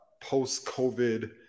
post-covid